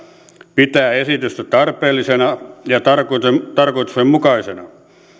pitää esitystä tarpeellisena ja tarkoituksenmukaisena